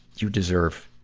you deserve